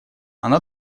она